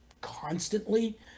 constantly